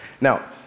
Now